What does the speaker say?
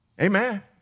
Amen